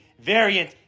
variant